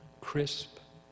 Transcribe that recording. crisp